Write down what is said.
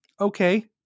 okay